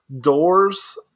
doors